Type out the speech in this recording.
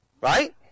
Right